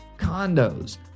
condos